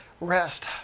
rest